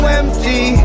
empty